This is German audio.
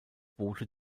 boote